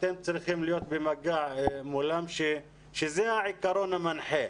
אתם צריכים להיות במגע מולם כאשר זה העיקרון המנחה.